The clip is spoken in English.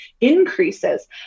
increases